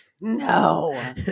No